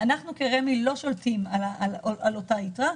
אנחנו כרמ"י לא שולטים על אותה יתרה.